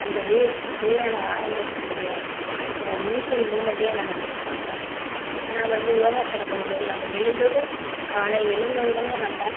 அந்த டே டேயான ஆரம்பத்தினுடைய இனிஷியல் மூமெண்ட்டே நாம் மிஸ் பண்ணுறோம் ஆனால் வந்து யோகாசனம் பண்ணும்போது நாம் எழுந்ததும் காலை எழுந்த உடனே நம்ம